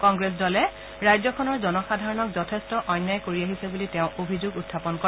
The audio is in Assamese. কংগ্ৰেছ দলে ৰাজ্যখনৰ জনসাধাৰণক যথেষ্ট অন্যায় কৰি আহিছে বুলি তেওঁ অভিযোগ উখাপন কৰে